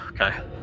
Okay